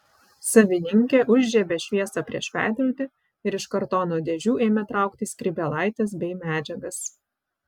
savininkė užžiebė šviesą prieš veidrodį ir iš kartono dėžių ėmė traukti skrybėlaites bei medžiagas